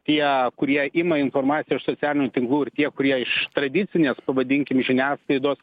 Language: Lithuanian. tie kurie ima informaciją socialinių tinklų ir tie kurie iš tradicinės pavadinkim žiniasklaidos